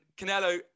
Canelo